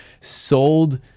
sold